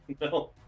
No